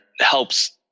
helps